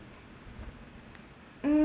mm